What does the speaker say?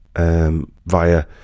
Via